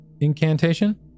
incantation